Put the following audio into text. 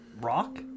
rock